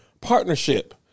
partnership